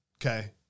Okay